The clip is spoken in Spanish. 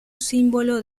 símbolo